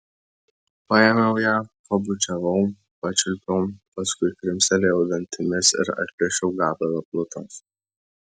paėmiau ją pabučiavau pačiulpiau paskui krimstelėjau dantimis ir atplėšiau gabalą plutos